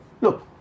Look